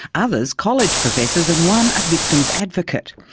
others college professors, and one a victims' advocate.